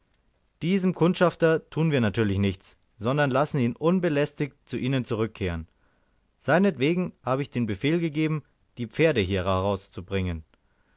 diesem kundschafter tun wir natürlich nichts sondern lassen ihn unbelästigt zu ihnen zurückkehren seinetwegen habe ich den befehl gegeben die pferde hier heraufzubringen